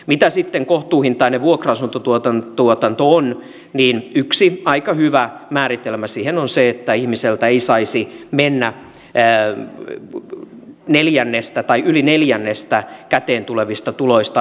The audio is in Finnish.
mitä sitten kohtuuhintainen vuokra asuntotuotanto on niin yksi aika hyvä määritelmä siihen on se että ihmiseltä ei saisi mennä yli neljännestä käteentulevista tuloista asumiskustannuksiin